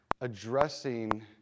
addressing